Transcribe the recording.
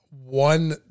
one